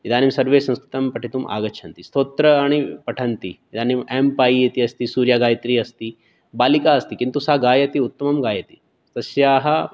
इदानीं सर्वे संस्कृतं पठितुम् आगच्छन्ति स्तोत्राणि पठन्ति इदानीं एम् पायि इति अस्ति सूर्यगायत्री अस्ति बालिका अस्ति किन्तु सा गायन्ति उत्तमं गायति तस्याः